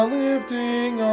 lifting